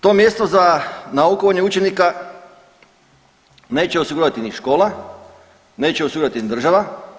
To mjesto za naukovanje učenika neće osigurati ni škola, neće osigurati ni država.